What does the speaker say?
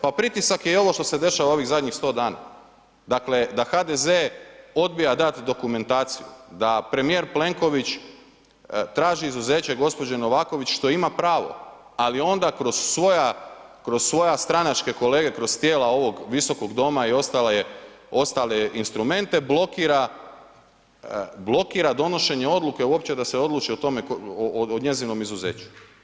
Pa pritisak je i ovo što se dešava ovih zadnjih 100 dana, dakle da HDZ odbija dati dokumentaciju, da premijer Plenković traži izuzeće gospođe Novaković što ima pravo ali onda kroz svoje stranačke kolege, kroz tijela ovog Visokog doma i ostale instrumente blokira donošenje odluke uopće da se odluči o tome, o njezinom izuzeću.